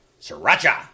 sriracha